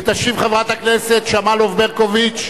ותשיב חברת הכנסת שמאלוב-ברקוביץ.